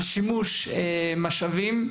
על שימוש במשאבים,